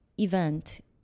event